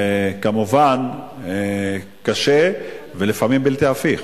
כמובן, קשה ולפעמים בלתי הפיך.